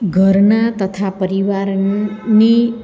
ઘરના તથા પરિવારની